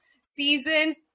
season